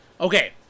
okay